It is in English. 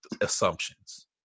assumptions